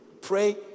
pray